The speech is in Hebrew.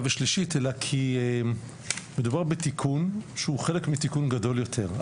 ושלישית אלא מכיוון שמדובר בתיקון שהוא חלק מתיקון גדול יותר.